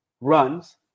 runs